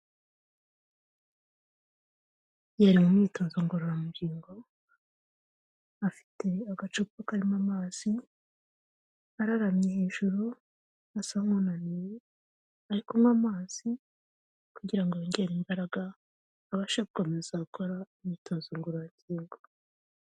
Ari mu myitozo ngororangingo afite agacupa karimo amazi, araramye hejuru asa nk'unaniwe, ari kunywa amazi kugira ngo yongere imbaraga abashe gukomeza gukora imyitozo ngororagingo.